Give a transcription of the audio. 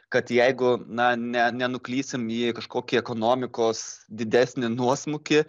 kad jeigu na ne nenuklysim į kažkokį ekonomikos didesnį nuosmukį